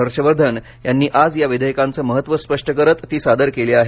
हर्ष वर्धन यांनी आज या विधेयकांच महत्त्व स्पष्ट करत ती सादर केली आहेत